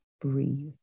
breathe